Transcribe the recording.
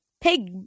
pig